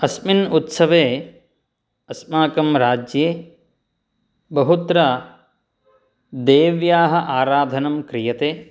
अस्मिन् उत्सवे अस्माकं राज्ये बहुत्र देव्याः आराधनं क्रियते